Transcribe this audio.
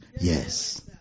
Yes